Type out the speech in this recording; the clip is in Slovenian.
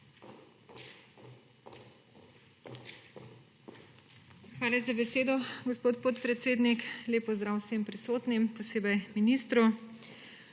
Hvala za besedo, gospod podpredsednik. Lep pozdrav vsem prisotnim, posebej ministru!